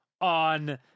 on